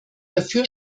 dafür